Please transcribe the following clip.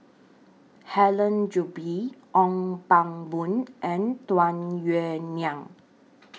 Helen Gilbey Ong Pang Boon and Tung Yue Nang